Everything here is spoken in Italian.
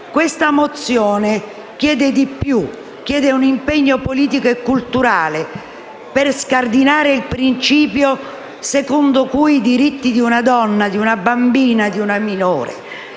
Questa mozione chiede di più, un impegno politico e culturale per scardinare il principio secondo cui i diritti di una donna, di una bambina, di una minore,